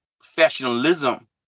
professionalism